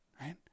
right